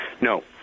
No